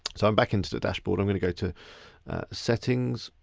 so i'm back into the dashboard. i'm gonna go to settings,